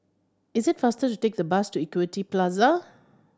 is it faster to take the bus to Equity Plaza